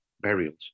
burials